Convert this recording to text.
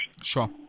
Sure